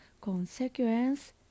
consequence